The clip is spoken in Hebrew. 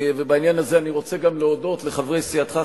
בעניין הזה אני גם רוצה להודות לחברי סיעתך,